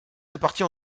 répartis